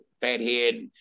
Fathead